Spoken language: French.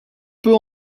peut